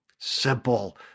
Simple